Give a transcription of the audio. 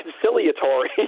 conciliatory